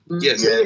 Yes